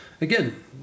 again